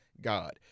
god